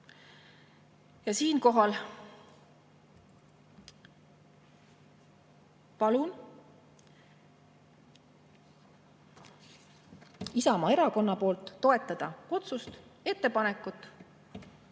Ja siinkohal palun Isamaa Erakonna nimel toetada seda otsust, ettepanekut.